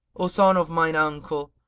o son of mine uncle!